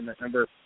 number